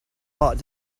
heart